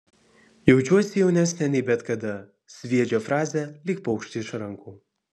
jaučiuosi jaunesnė nei bet kada sviedžia frazę lyg paukštį iš rankų